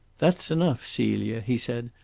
that's enough, celia, he said.